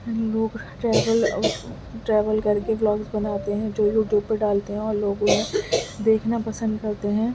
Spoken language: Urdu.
لوگ ٹریول ٹریلول کر کے بلاگز بناتے ہیں جو یوٹیوب پہ ڈالتے ہیں اور لوگ انہیں دیکھنا پسند کرتے ہیں